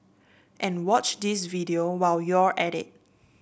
and watch this video while you're at it